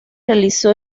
realizó